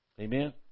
Amen